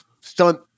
stunt